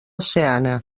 seana